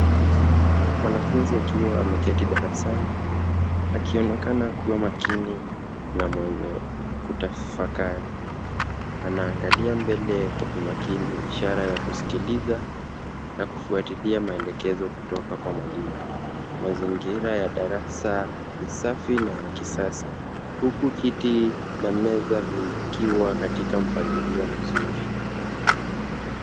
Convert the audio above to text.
Mwanafunzi akiwa ameketi darasani akionekana kuwa makini na mwenye kutafakari. Anaangalia mbele kwa umakini ishara ya kusikiliza na kufuatilia maelekezo kutoka kwa mwalimu. Mazingira ya darasa ni safi na ya kisasa huku kiti na meza vikiwa katika mpangilio mzuri.